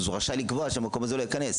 אז הוא רשאי לקבוע שלמקום הזה לא ייכנס.